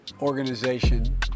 organization